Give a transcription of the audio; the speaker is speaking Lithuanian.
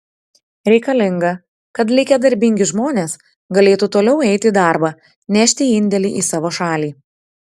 reikalinga kad likę darbingi žmonės galėtų toliau eiti į darbą nešti indėlį į savo šalį